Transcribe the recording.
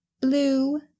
blue